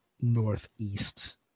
Northeast